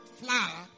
flower